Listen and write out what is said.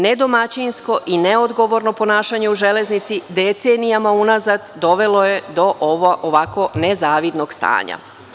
Nedomaćinsko i neodgovorno ponašanje u železnici decenijama unazad dovelo je do ovako nezavidnog stanja.